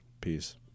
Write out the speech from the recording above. Peace